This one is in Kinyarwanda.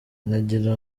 nagira